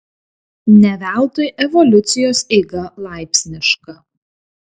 ne veltui evoliucijos eiga laipsniška